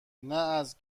نه، از